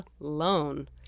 alone